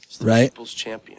right